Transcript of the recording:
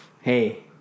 Hey